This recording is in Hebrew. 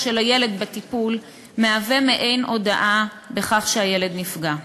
של הילד בטיפול מהווים מעין הודאה בכך שהילד נפגע.